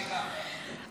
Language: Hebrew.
גם ינון אזולאי.